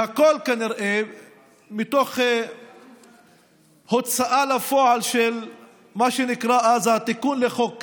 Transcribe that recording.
והכול כנראה מתוך הוצאה לפועל של מה שנקרא אז "התיקון לחוק קמיניץ"